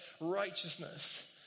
righteousness